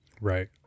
Right